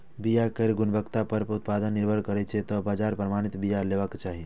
बिया केर गुणवत्ता पर ही उत्पादन निर्भर करै छै, तें बाजार सं प्रमाणित बिया लेबाक चाही